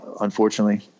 unfortunately